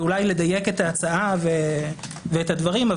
ואולי לדייק את ההצעה ואת הדברים.